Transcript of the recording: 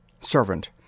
Servant